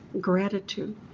gratitude